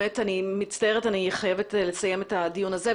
אני מצטערת, אני חייבת לסיים את הדיון הזה.